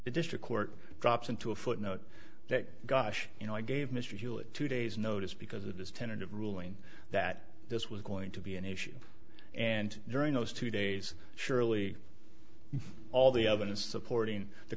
the district court drops into a footnote that gosh you know i gave mr hewitt two days notice because of his tentative ruling that this was going to be an issue and during those two days surely all the evidence supporting the